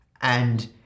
and-